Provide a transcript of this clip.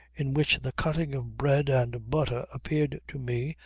in which the cutting of bread and butter appeared to me,